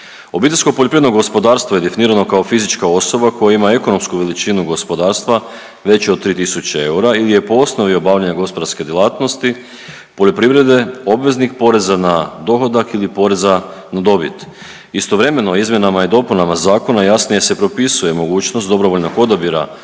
Obiteljsko poljoprivredno gospodarstvo je definirano kao fizička osoba koja ima ekonomsku veličinu gospodarstva veću od 3 tisuće eura ili je po osnovi obavljanja gospodarske djelatnosti poljoprivrede, obveznik poreza na dohodak ili poreza na dobit. Istovremeno, izmjenama i dopunama Zakona jasnije se propisuje mogućnost dobrovoljnog